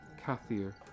Kathir